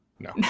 No